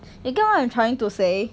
you get what I'm trying to say